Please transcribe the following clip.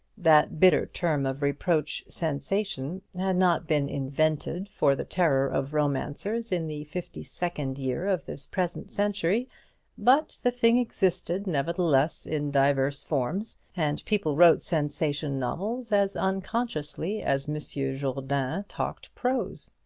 that bitter term of reproach, sensation, had not been invented for the terror of romancers in the fifty-second year of this present century but the thing existed nevertheless in divers forms, and people wrote sensation novels as unconsciously as monsieur jourdain talked prose.